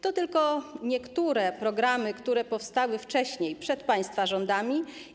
To tylko niektóre programy, które powstały wcześniej, przed państwa rządami.